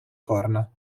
corna